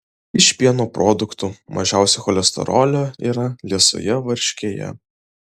iš pieno produktų mažiausiai cholesterolio yra liesoje varškėje